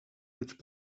which